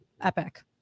epic